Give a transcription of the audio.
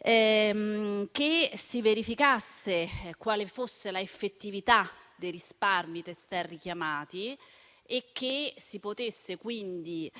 che si verificasse l'effettività dei risparmi testé richiamati. Sarebbe altresì utile